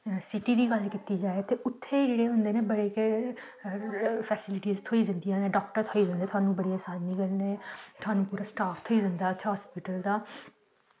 city दी गल्ल कीती जाए ते उत्थें जेह्ड़े होंदे न बड़े जेह्ड़ियां फेस्लिटियां ते डॉक्टर थ्होई जंदे न बड़ी आसानी कन्नै स्हानू पूरा स्टॉफ थ्होई जंदा पूरे हॉस्पिटल दा